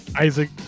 Isaac